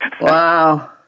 Wow